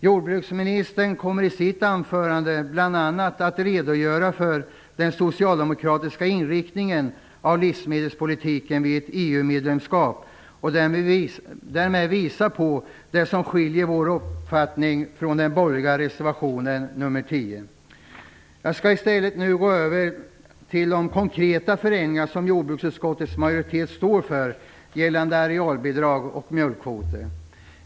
Jordbruksministern kommer i sitt anförande att bl.a. redogöra för den socialdemokratiska inriktningen av livsmedelspolitiken vid ett EU-medlemskap och därmed visa på det som skiljer vår uppfattning från den borgerliga reservationen nr 10. Jag skall i stället gå över till de konkreta förändringar som jordbruksutskottets majoritet står för gällande arealbidrag och mjölkkvoter.